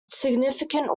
significant